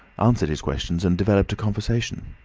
answered his questions and developed a conversation.